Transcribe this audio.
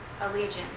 allegiance